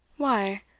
why,